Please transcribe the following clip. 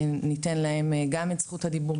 ניתן להם גם את זכות הדיבור.